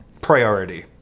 priority